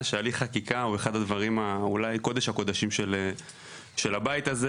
שהליך חקיקה הוא אחד הדברים אולי קודש הקודשים של הבית הזה.